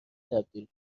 تبدیل